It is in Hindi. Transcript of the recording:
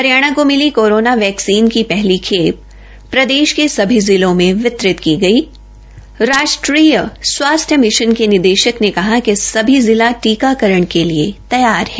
हरियाणा को मिली कोरोना वैक्सीन की हली खे प्रदेश के सभी ज़िलों में वितरित की गई राष्ट्रीय स्वास्थ्य मिशन के निदेशक ने कहा कि सभी जिले टीकाकरण के लिए तैयार है